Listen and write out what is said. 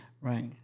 right